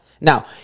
Now